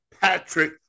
Patrick